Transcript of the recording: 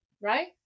right